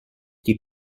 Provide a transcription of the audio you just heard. die